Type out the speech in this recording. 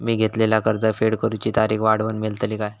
मी घेतलाला कर्ज फेड करूची तारिक वाढवन मेलतली काय?